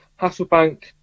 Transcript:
Hasselbank